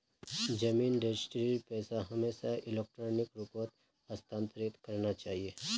जमीन रजिस्ट्रीर पैसा हमेशा इलेक्ट्रॉनिक रूपत हस्तांतरित करना चाहिए